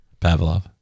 Pavlov